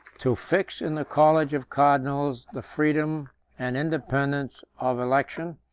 to fix in the college of cardinals the freedom and independence of election,